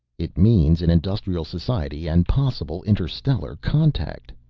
it means an industrial society, and possible interstellar contact.